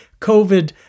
COVID